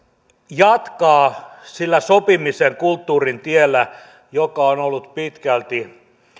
jatkaa sillä sopimisen kulttuurin tiellä joka on ollut pitkälti